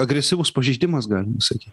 agresyvus pažeidimas galima sakyt